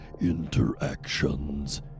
interactions